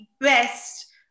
best